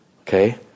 Okay